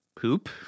Poop